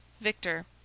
victor